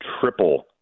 triple